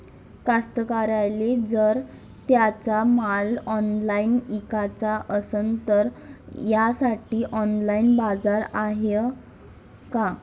कास्तकाराइले जर त्यांचा माल ऑनलाइन इकाचा असन तर त्यासाठी ऑनलाइन बाजार हाय का?